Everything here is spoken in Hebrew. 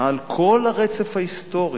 על כל הרצף ההיסטורי,